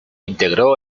integró